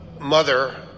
mother